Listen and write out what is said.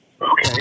Okay